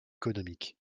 économiques